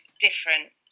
different